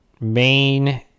Main